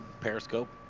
Periscope